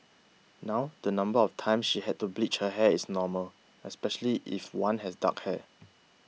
now the number of times she had to bleach her hair is normal especially if one has dark hair